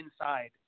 inside